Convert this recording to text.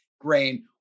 grain